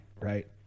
Right